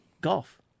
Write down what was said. golf